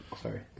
Sorry